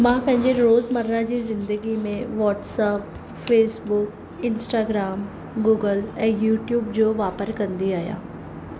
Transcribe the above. मां पंहिंजे रोज़ु मरा जी ज़िंदगी में वॉट्सप फ़ेसबुक इंस्टाग्राम गूगल ऐं यूट्यूब जो वापारु कंदी आहियां